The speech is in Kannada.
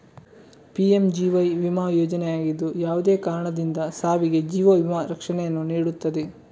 ಪಿ.ಎಮ್.ಜಿ.ಜಿ.ವೈ ವಿಮಾ ಯೋಜನೆಯಾಗಿದ್ದು, ಯಾವುದೇ ಕಾರಣದಿಂದ ಸಾವಿಗೆ ಜೀವ ವಿಮಾ ರಕ್ಷಣೆಯನ್ನು ನೀಡುತ್ತದೆ